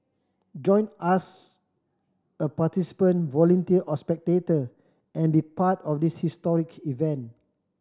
join us a participant volunteer or spectator and be part of this historic event